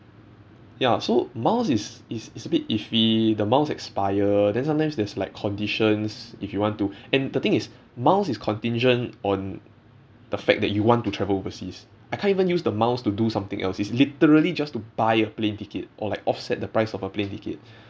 ya so miles is is is a bit iffy the miles expire then sometimes there's like conditions if you want to and the thing is miles is contingent on the fact that you want to travel overseas I can't even use the miles to do something else it's literally just to buy a plane ticket or like offset the price of a plane ticket